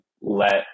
let